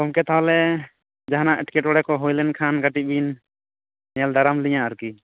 ᱜᱚᱢᱠᱮ ᱛᱟᱦᱚᱞᱮ ᱡᱟᱦᱟᱱᱟᱜ ᱮᱴᱠᱮ ᱴᱚᱬᱮ ᱠᱚ ᱦᱩᱭ ᱞᱮᱱ ᱠᱷᱟᱱ ᱠᱟᱹᱴᱤᱡ ᱵᱤᱱ ᱧᱮᱞ ᱫᱟᱨᱟᱢ ᱞᱤᱧᱟ ᱟᱨᱠᱤ